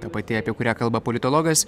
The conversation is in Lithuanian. ta pati apie kurią kalba politologas